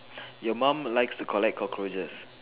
your mum likes to collect cockroaches